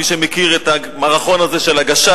מי שמכיר את המערכון הזה של הגשש,